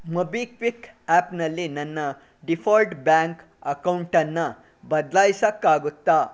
MobiKwik ಆ್ಯಪ್ನಲ್ಲಿ ನನ್ನ default bank ಅಕೌಂಟನ್ನ ಬದಲಾಯ್ಸೋಕ್ಕಾಗುತ್ತಾ